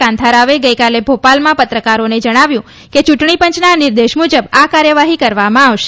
કાંથારાવે ગઇકાલે ભોપાલમાં પત્રકારોને જણાવ્યું હતું કે ચૂંટણી પંચના નિર્દેશ મુજબ આ કાર્યવાહી કરવામાં આવશે